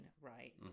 right